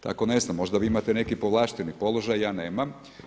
Tako ne znam, možda vi imate neki povlašteni položaj, ja nemam.